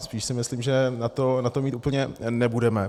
Spíš si myslím, že na to mít úplně nebudeme.